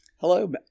Hello